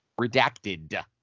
redacted